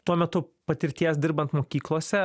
tuo metu patirties dirbant mokyklose